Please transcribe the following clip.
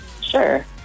Sure